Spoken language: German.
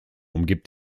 umgibt